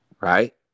right